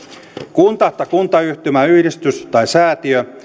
kunta tai kuntayhtymä yhdistys tai säätiö